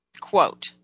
quote